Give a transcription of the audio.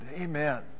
Amen